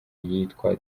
yitwa